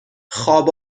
خواب